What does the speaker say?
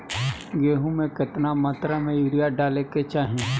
गेहूँ में केतना मात्रा में यूरिया डाले के चाही?